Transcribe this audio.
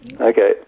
Okay